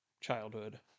childhood